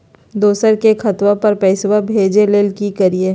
दोसर के खतवा पर पैसवा भेजे ले कि करिए?